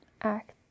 act